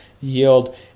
yield